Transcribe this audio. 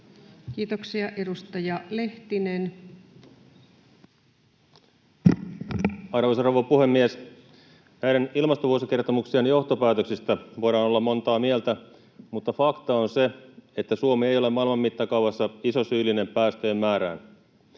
Kiitoksia. — Edustaja Lehtinen. Arvoisa rouva puhemies! Näiden ilmastovuosikertomuksien johtopäätöksistä voidaan olla montaa mieltä, mutta fakta on se, että Suomi ei ole maailman mittakaavassa iso syyllinen päästöjen määrään.